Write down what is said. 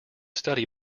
study